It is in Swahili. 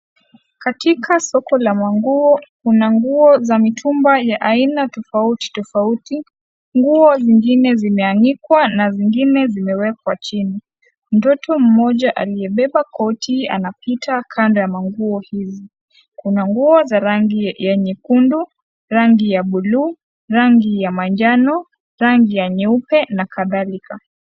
Katika soko la manguo kuna nguo za mitumba ya aina tofauti tofauti nguo zingine zimeanikwa na zingine zimewekwa chini, mtoto mmoja aliyebeba koti anapita kando ya manguo hii kuna nguo za rangi nyekundu rangi ya buluu, rangi ya manjano rangi ya nyeupe na kadhalika.